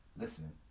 Listen